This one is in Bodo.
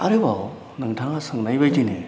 आरोबाव नोंथाङा सोंनायबायदिनो